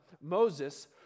Moses